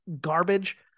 garbage